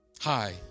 Hi